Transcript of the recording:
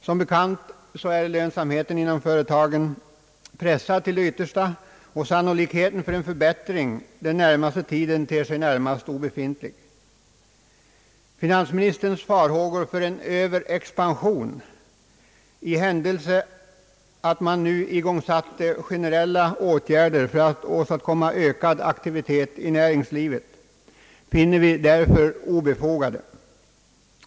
Som bekant är lönsamheten inom företagen pressad till det yttersta, och sannolikheten för en förbättring den närmaste tiden ter sig närmast obefintlig. Finansministerns farhågor för en överexpansion i händelse man igångsatte generella åtgärder för att åstadkomma ökad aktivitet i näringslivet, finner vi därför obefogade.